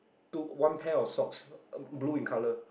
two one pair of socks blue in colour